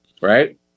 Right